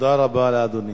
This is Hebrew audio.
תודה רבה לאדוני.